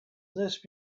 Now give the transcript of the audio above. this